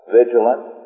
vigilant